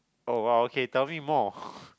oh !wow! okay tell me more